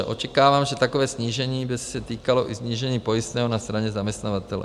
Očekávám, že takové snížení by se týkalo i snížení pojistného na straně zaměstnavatele.